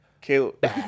caleb